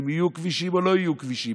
אם יהיו כבישים או לא יהיו כבישים,